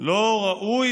לא ראוי,